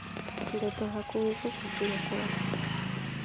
ᱡᱚᱛᱚ ᱦᱟᱠᱩᱳ ᱜᱮᱠᱚ ᱠᱩᱥᱤ ᱟᱠᱚᱣᱟ